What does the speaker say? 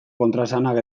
kontraesanak